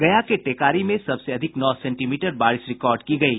गया के टेकारी में सबसे अधिक नौ सेंटीमीटर बारिश रिकॉर्ड की गयी